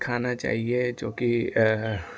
खाना चाहिए जो कि